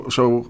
zo